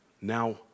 now